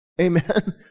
Amen